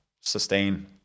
sustain